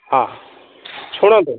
ହଁ ଶୁଣନ୍ତୁ